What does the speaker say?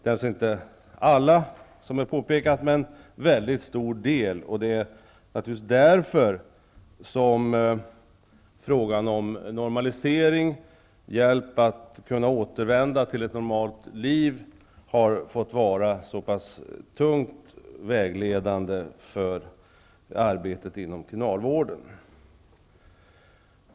Det gäller inte alla, såsom påpekats, men en mycket stor del. Det är naturligtvis därför som frågan om normalisering, hjälp att kunna återvända till ett normalt liv, har fått vara så starkt vägledande för arbetet inom kriminalvården.